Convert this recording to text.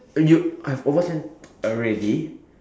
oh you have overspent already